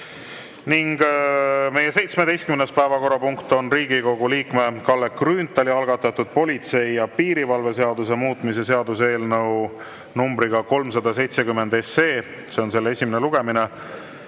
saa. Meie 17. päevakorrapunkt on Riigikogu liikme Kalle Grünthali algatatud politsei ja piirivalve seaduse muutmise seaduse eelnõu numbriga 370, see on selle esimene lugemine.